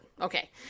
Okay